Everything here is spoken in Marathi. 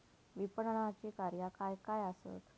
विपणनाची कार्या काय काय आसत?